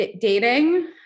dating